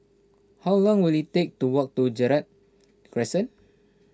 how long will it take to walk to Gerald Crescent